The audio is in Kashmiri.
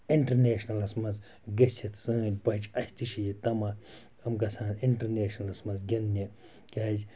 اِنٹَرنیشنَلَس منٛز گٔژھِتھ سٲنۍ بَچہِ اَسہِ تہِ چھِ یہِ تَماہ یِم گَژھان اِنٹَرنیشنَلَس منٛز گِنٛدنہِ کیازِ